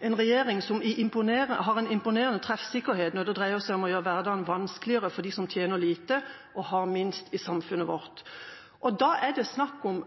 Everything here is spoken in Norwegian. en regjering som har en imponerende treffsikkerhet når det dreier seg om å gjøre hverdagen vanskeligere for dem i samfunnet vårt som tjener lite og har minst. Da er det snakk om